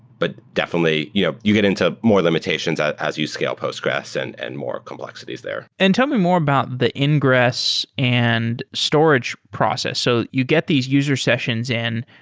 but definitely you know you get into more limitations as as you scale postgres and and more complexities there and tell me more about the ingress and storage process. so you get these user sessions in.